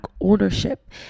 ownership